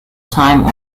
time